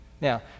Now